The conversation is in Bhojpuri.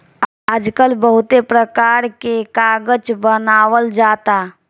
आजकल बहुते परकार के कागज बनावल जाता